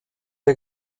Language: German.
der